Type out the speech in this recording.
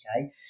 okay